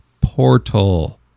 portal